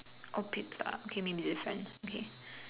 all picked ah okay maybe this one okay